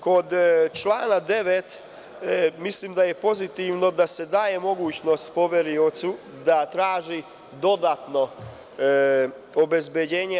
Kod člana 9. mislim da je pozitivno što se daje mogućnost poveriocu da traži dodatno obezbeđenje.